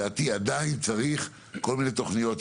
עדיין צריך כל מיני תוכניות,